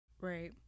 Right